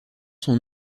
son